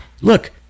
Look